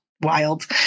wild